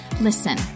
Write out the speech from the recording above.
Listen